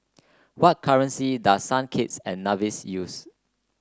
what currency does Saint Kitts and Nevis use